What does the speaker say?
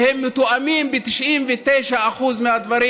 והם מתואמים ב-99% מהדברים.